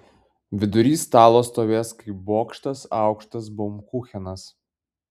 vidury stalo stovės kaip bokštas aukštas baumkuchenas